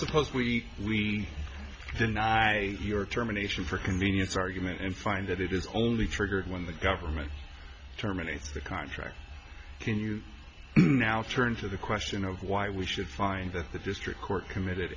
suppose we deny your terminations for convenience argument and find that it is only triggered when the government terminates the contract can you now turn to the question of why we should find that the district court committed